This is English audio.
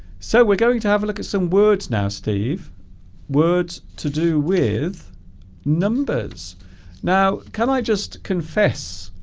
so we're going to have a look at some words now steve words to do with numbers now can i just confess